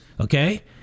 okay